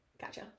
Gotcha